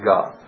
God